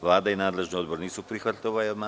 Vlada i nadležni odbor nisu prihvatili ovaj amandman.